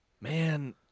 man